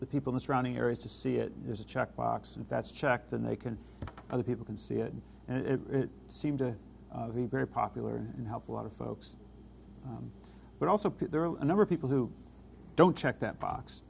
the people the surrounding areas to see it is a check box and that's checked and they can other people can see it and it seemed to be very popular and help a lot of folks but also there are a number of people who don't check that box